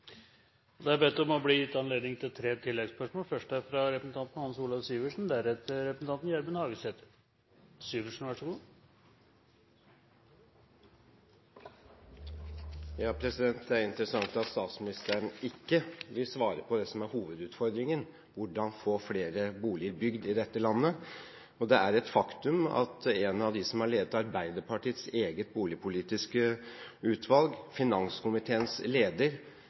bedt om og blir gitt anledning til tre oppfølgingsspørsmål – først representanten Hans Olav Syversen. Det er interessant at statsministeren ikke vil svare på det som er hovedutfordringen – hvordan få bygd flere boliger i dette landet. Det er et faktum at en av dem som har ledet Arbeiderpartiets eget boligpolitiske utvalg, finanskomiteens leder,